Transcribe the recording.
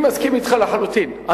אני מסכים אתך לחלוטין.